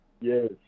yes